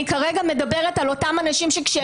אני כרגע מדברת על אותם אנשים שכאשר